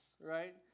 right